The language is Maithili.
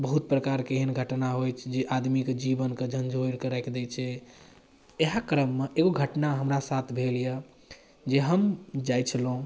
बहुत प्रकारके एहन घटना होइ छै जे आदमीके जीवनके झँझोरिकऽ राखि दै छै इएह क्रममे एगो घटना हमरा साथ भेल अइ जे हम जाइ छलहुँ